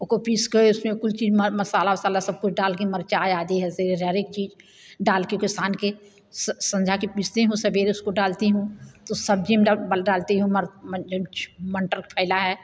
उको पीस के कुछ चीज उसमें मसाला वसाला सब कुछ डाल के मिरचाई आदि हरेक चीज डाल के सान के संझा के पीसती हूँ सवेरे उसको डालती हूँ तो सब्जी में डालती हूँ मटर फैला है